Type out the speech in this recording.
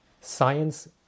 science